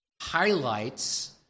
highlights